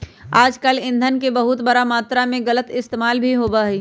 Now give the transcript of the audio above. आजकल ई धन के बहुत बड़ा मात्रा में गलत इस्तेमाल भी होबा हई